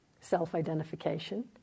self-identification